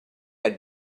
had